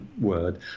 word